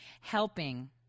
helping